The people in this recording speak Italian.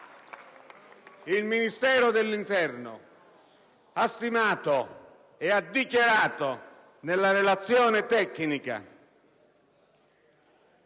Il Ministero dell'interno ha stimato e ha dichiarato nella relazione tecnica